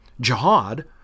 jihad